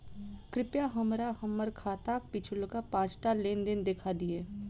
कृपया हमरा हम्मर खाताक पिछुलका पाँचटा लेन देन देखा दियऽ